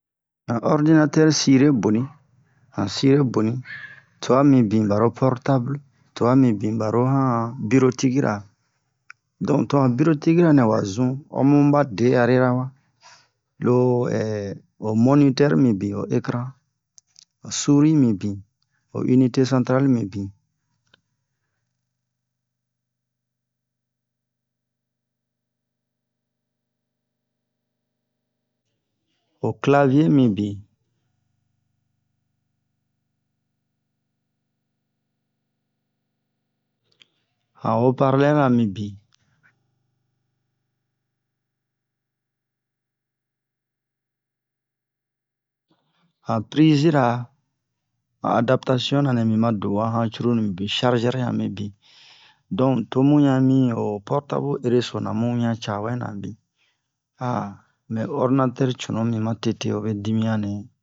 han ordinatɛr sire boni han sire boni tua mibin baro portablu tua mibin baro han a birotikira don to han birotikira nɛ wa zun omu ba de'arira wa lo o monitɛr mibin ho ecran suri mibin ho inite santral mibin ho clavie mibin han hoparlɛri ra mibin han prizira han adaptation mi ma do'uwa han cruru mibin chargɛr han mibin don tomu han mi ho portablu ere so na mu wian ca wɛna bin mɛ ordinatɛr cunu mi ma tete hobe dimiyan nɛ